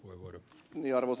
arvoisa puhemies